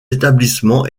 établissement